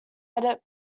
edit